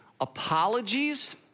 apologies